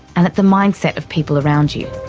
and at the mindset of people around you.